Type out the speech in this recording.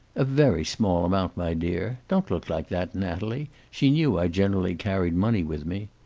a very small amount, my dear. don't look like that, natalie. she knew i generally carried money with me.